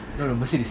no no mercedes